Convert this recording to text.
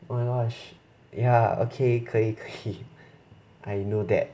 ya okay 可以可以 I know that